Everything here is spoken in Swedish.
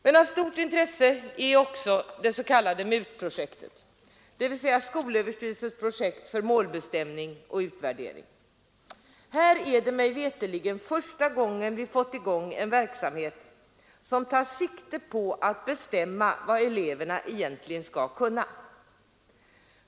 Men av stort intresse är också det s.k. MUT-projektet, dvs. skolöverstyrelsens projekt för målbestämning och utvärdering. Här är det mig veterligen första gången vi fått i gång verksamhet som tar sikte på att bestämma vad eleverna egentligen skall kunna.